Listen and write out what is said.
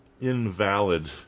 invalid